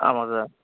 ஆமாம் சார்